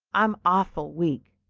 i'm awful weak.